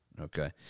Okay